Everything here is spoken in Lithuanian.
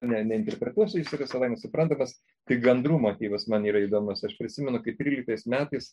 ne neinterpretuosiu jis yra savaime suprantamas kai gandrų motyvas man yra įdomus aš prisimenu kaip tryliktais metais